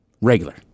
Regular